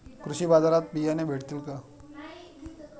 कृषी बाजारात बियाणे भेटतील का?